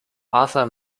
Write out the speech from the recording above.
arthur